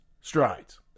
strides